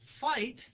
Fight